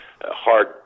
hard